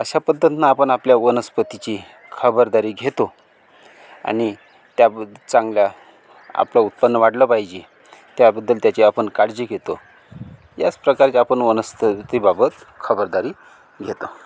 अशा पद्धतीनं आपण आपल्या वनस्पतीची खबरदारी घेतो आणि त्या चांगल्या आपलं उत्पन्न वाढलं पाहिजे त्याबद्दल आपण काळजी घेतो याच प्रकारे आपण वनस स्पतीबाबत खबरदारी घेतो